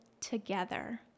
together